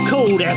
Cold